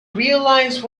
realize